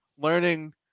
learning